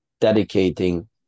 dedicating